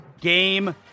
Game